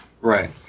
Right